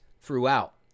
throughout